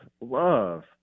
love